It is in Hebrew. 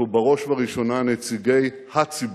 אנחנו בראש ובראשונה נציגי הציבור,